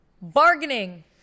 bargaining